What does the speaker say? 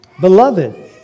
Beloved